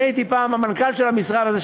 אני הייתי פעם המנכ"ל המשרד הזה,